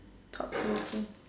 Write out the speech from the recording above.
top whole okay